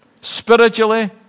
Spiritually